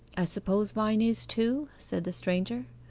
i suppose mine is too said the stranger.